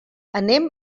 anem